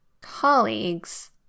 Colleagues